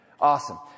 Awesome